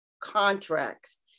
contracts